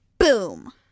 Boom